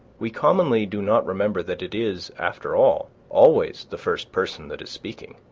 we commonly do not remember that it is, after all, always the first person that is speaking.